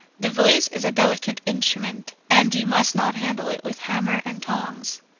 the voice is a delicate instrument, and you must not handle it with hammer and tongs.